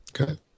Okay